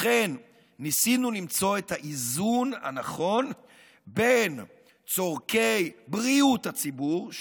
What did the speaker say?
לכן ניסינו למצוא את האיזון הנכון בין צורכי בריאות הציבור,